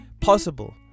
possible